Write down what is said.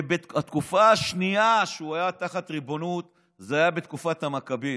התקופה השנייה שהוא היה תחת ריבונות הייתה בתקופת המכבים,